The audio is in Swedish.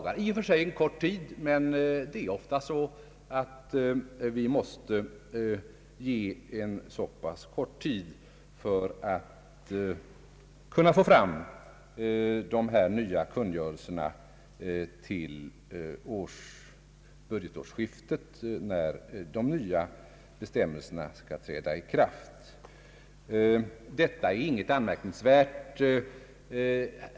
Det är i och för sig en kort tid, men det är ofta så att vi måste lämna en så pass kort tidsfrist för att ha möjlighet att få fram de nya kungörelserna till budgetårsskiftet, då de nya bestämmelserna skall träda i kraft. Detta är inget anmärkningsvärt.